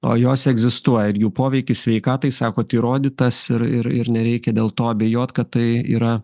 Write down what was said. o jos egzistuoja ir jų poveikis sveikatai sakot įrodytas ir ir ir nereikia dėl to abejot kad tai yra